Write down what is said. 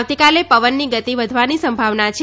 આવતીકાલે પવનની ગતિ વધવાની સંભાવના છે